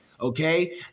okay